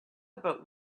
about